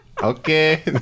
Okay